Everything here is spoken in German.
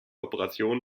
operation